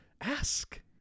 ask